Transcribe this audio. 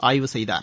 ஆய்வு செய்தார்